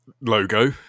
logo